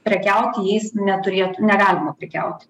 prekiauti jais neturėti negalima prekiauti